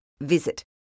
Visit